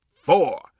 four